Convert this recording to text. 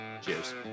Cheers